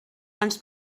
ens